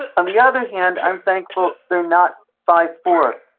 on the other hand, i'm thankful they're not five four.